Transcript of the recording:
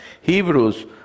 Hebrews